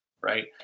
right